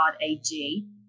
AG